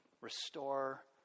restore